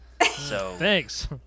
Thanks